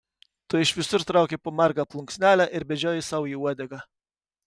tu iš visur trauki po margą plunksnelę ir bedžioji sau į uodegą